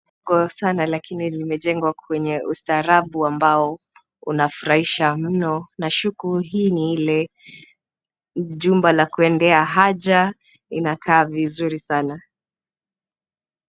Koo sana lakini imejengwa kwenye ustaarabu ambao unafuraisha mno, nashuku hii ni ile jumba la kuendea haja inakaa vizuri sana.